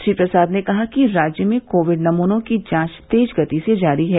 श्री प्रसाद ने कहा कि राज्य में कोविड नमूनों की जांच तेज गति से जारी है